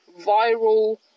viral